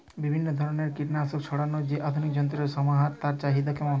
বিভিন্ন ধরনের কীটনাশক ছড়ানোর যে আধুনিক যন্ত্রের সমাহার তার চাহিদা কেমন?